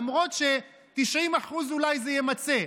למרות ש-90% אולי זה ימצה,